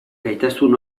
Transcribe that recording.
gaitasun